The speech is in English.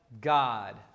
God